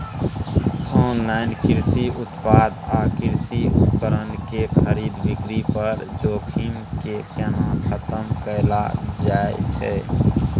Online कृषि उत्पाद आ कृषि उपकरण के खरीद बिक्री पर जोखिम के केना खतम कैल जाए छै?